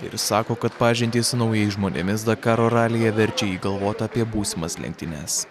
ir sako kad pažintys su naujais žmonėmis dakaro ralyje verčia jį galvot apie būsimas lenktynes